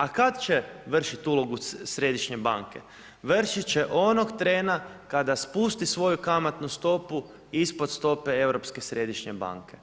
A kada će vršiti ulogu središnje banke? vršit će onog trena kada spusti svoju kamatnu stopu ispod stope Europske središnje banke,